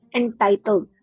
entitled